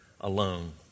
alone